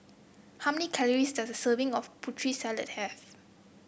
how many calories does a serving of Putri Salad have